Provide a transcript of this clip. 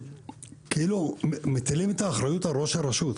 כאילו מטילים את האחריות על ראש הרשות.